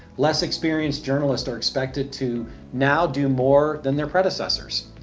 less experienced journalists are expected to now do more than their predecessors.